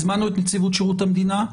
הזמנו את נציבות שירות המדינה.